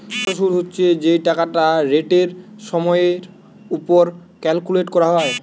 সরল শুদ হচ্ছে যেই টাকাটা রেটের সময়ের উপর ক্যালকুলেট করা হয়